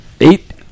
Eight